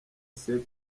saint